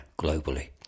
globally